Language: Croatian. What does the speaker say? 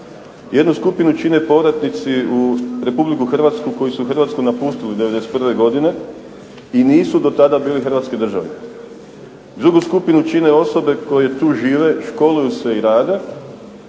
Jednu skupinu čine povratnici u Republiku Hrvatsku koji su Hrvatsku napustili '91. godine i nisu do tada bili hrvatski državljani. Drugu skupinu čine osobe koje tu žive, školuju se i rade